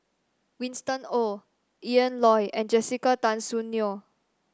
Winston Oh Ian Loy and Jessica Tan Soon Neo